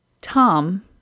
Tom